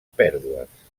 pèrdues